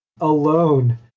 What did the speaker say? alone